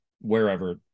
wherever